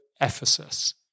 Ephesus